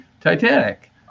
Titanic